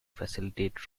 facilitate